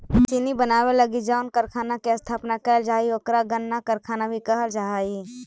चीनी बनावे लगी जउन कारखाना के स्थापना कैल जा हइ ओकरा गन्ना कारखाना भी कहल जा हइ